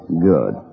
Good